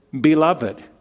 Beloved